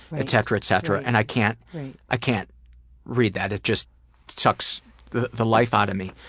et cetera, et cetera. and i can't i can't read that it just sucks the the life out of me.